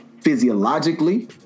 physiologically